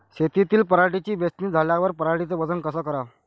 शेतातील पराटीची वेचनी झाल्यावर पराटीचं वजन कस कराव?